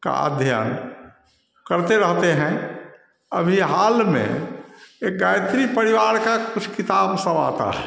का अध्ययन करते रहते हैं अभी हाल में एक गायत्री परिवार का कुछ किताब सब आता है